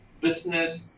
business